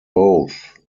both